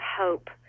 hope